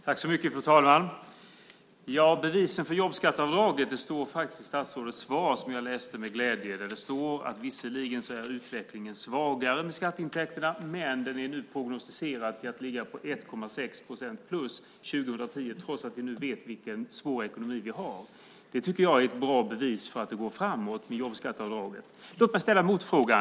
Fru talman! Bevisen för jobbskatteavdraget står faktiskt i statsrådets svar, vilket jag läste med glädje. Där står att visserligen är skatteintäkternas utveckling svagare, men den är nu prognostiserad att ligga på plus 1,6 procent 2010 trots att vi nu vet vilken svår ekonomi vi har. Det tycker jag är ett bra bevis för att det går framåt med jobbskatteavdraget. Låt mig ställa en motfråga.